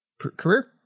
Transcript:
career